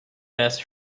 best